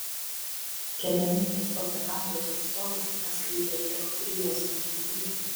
kėdainių lez operatoriaus atstovas atskleidė ir kiek kuriozinę aplinkybę